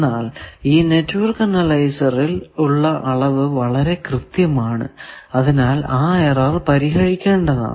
എന്നാൽ ഈ നെറ്റ്വർക്ക് അനലൈസറിൽ ഉള്ള അളവ് വളരെ കൃത്യമാണ് അതിനാൽ ആ എറർ പരിഹരിക്കേണ്ടതാണ്